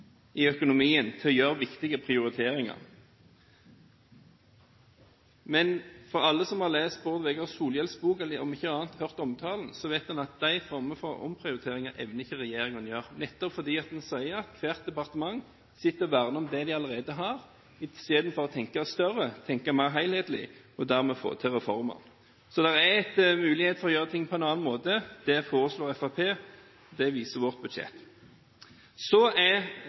i økonomien, til å gjøre viktige prioriteringer. Men alle som har lest Bård Vegar Solhjells bok, eller om ikke annet hørt omtalen, vet at de former for omprioriteringer evner ikke regjeringen å gjøre, nettopp fordi hvert departement sitter og verner om det det allerede har, istedenfor å tenke større, tenke mer helhetlig og dermed få til reformer. Så det er mulighet for å gjøre ting på en annen måte. Det foreslår Fremskrittspartiet – det viser vårt budsjett. Så er statsråd Solheim bekymret for ild og vann i forholdet mellom Kristelig Folkeparti og Fremskrittspartiet. Det er